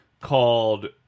called